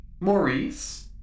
Maurice